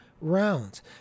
rounds